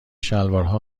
شلوارها